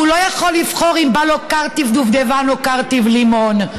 והוא לא יכול לבחור אם בא לו קרטיב דובדבן או קרטיב לימון,